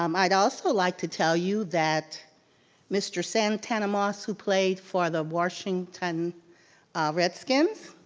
um i'd also like to tell you that mr. santana moss, who played for the washington redskins,